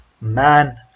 man